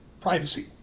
privacy